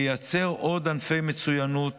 ייצר עוד ענפי מצוינות,